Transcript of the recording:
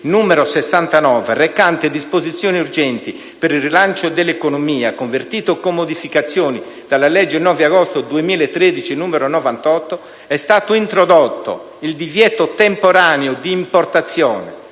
n. 69, recante: «Disposizioni urgenti per il rilancio dell'economia», convertito con modificazioni dalla legge del 9 agosto 2013, n. 98, è stato introdotto il divieto temporaneo di importazione